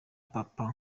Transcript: papa